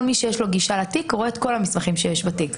כל מי שיש לו גישה לתיק יכול לראות את כל המסמכים שיש בתיק.